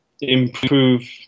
improve